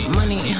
money